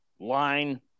line